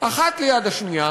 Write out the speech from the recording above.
אחת ליד השנייה,